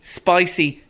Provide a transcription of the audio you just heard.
spicy